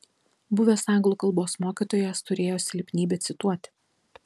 buvęs anglų kalbos mokytojas turėjo silpnybę cituoti